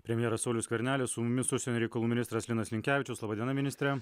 premjeras saulius skvernelis su mumis užsienio reikalų ministras linas linkevičius laba diena ministre